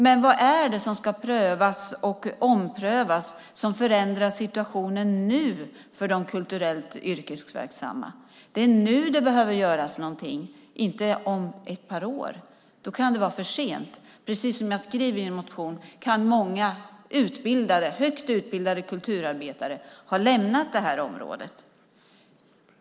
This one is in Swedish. Men vad är det som ska prövas och omprövas som förändrar situationen nu för de kulturellt yrkesverksamma? Det är nu det behöver göras något, inte om ett par år. Då kan det vara för sent. Precis som jag skriver i en motion kan många högt utbildade kulturarbetare då ha lämnat detta område.